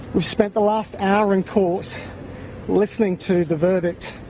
we've spent the last hour in court listening to the verdict,